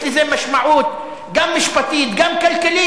יש לזה משמעות גם משפטית, גם כלכלית.